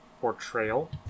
portrayal